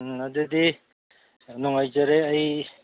ꯑꯗꯨꯗꯤ ꯌꯥꯝ ꯅꯨꯡꯉꯥꯏꯖꯔꯦ ꯑꯩ